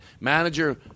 manager